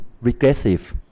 regressive